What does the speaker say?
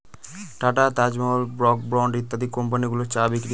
tata, Taj Mahal, Brooke Bond ইত্যাদি company গুলো চা বিক্রি করে